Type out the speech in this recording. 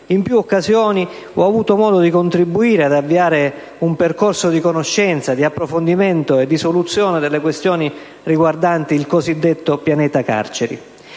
in più occasioni ho avuto modo di contribuire ad avviare un percorso di conoscenza, di approfondimento e di soluzione delle questioni riguardanti il cosiddetto pianeta carceri.